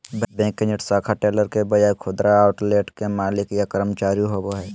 bank agent शाखा teller के बजाय खुदरा आउटलेट के मालिक या कर्मचारी होवो हइ